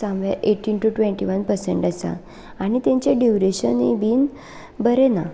somewhere eighteen to twenty one percent आसा आनी तेंचे ड्युरेशनूय बीन बरें ना